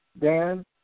Dan